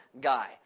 guy